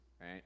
right